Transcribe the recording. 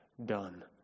done